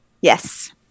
Yes